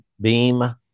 beam